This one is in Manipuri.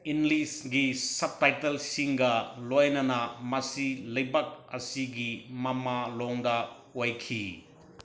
ꯏꯪꯂꯤꯁꯀꯤ ꯁꯞꯇꯥꯏꯇꯜꯁꯤꯡꯒ ꯂꯣꯏꯅꯅ ꯃꯁꯤ ꯂꯩꯕꯥꯛ ꯑꯁꯤꯒꯤ ꯃꯃꯥ ꯂꯣꯟꯗ ꯑꯣꯏꯈꯤ